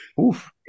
oof